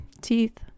teeth